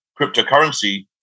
cryptocurrency